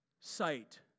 sight